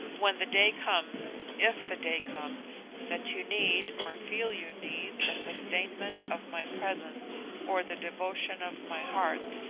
when the day comes if the day comes that you need or feel you need the sustainment of my presence or the devotion of my heart,